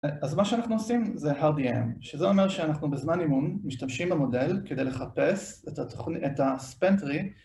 אז מה שאנחנו עושים זה RDM, שזה אומר שאנחנו בזמן אימון משתמשים במודל כדי לחפש את הספנטרי